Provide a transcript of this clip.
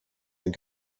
been